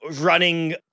running